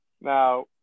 Now